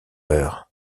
heures